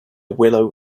willow